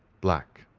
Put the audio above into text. black,